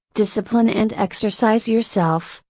discipline and exercise yourself,